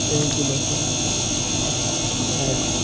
এদিকে লক্ষ্য রাখতে হবে আর